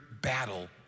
battle